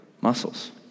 muscles